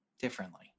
differently